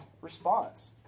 response